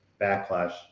backlash